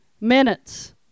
Minutes